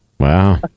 Wow